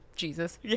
Jesus